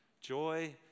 joy